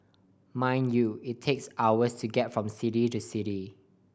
mind you it takes hours to get from city to city